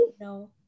No